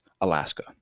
Alaska